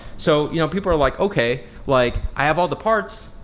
so you know people are like, okay like i have all the parts,